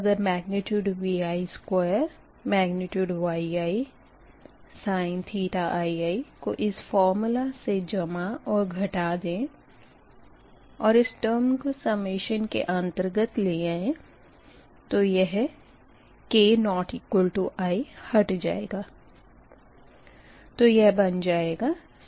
अगर Vi2Yiiii को इस फ़ोर्मूला से जमा और घटा दें और इस टर्म को सम्मेशन के अन्तर्गत ले आयें तो यह k≠i हट जाएगा